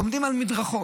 עומדים על מדרכות,